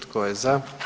Tko je za?